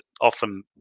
often